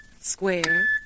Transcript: square